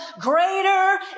Greater